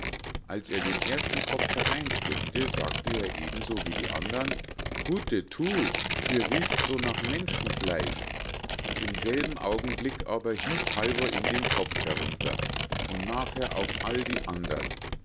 als er den ersten kopf hereinsteckte sagte er eben so wie die andern hutetu hier riecht's so nach menschenfleisch im selben augenblick aber hieb halvor ihm den kopf herunter und nachher auch alle die andern